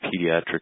pediatric